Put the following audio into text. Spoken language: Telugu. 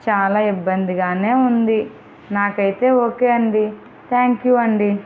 చాలా ఇబ్బందిగా ఉంది నాకైతే ఓకే అండి థ్యాంక్ యూ అండి